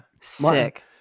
Sick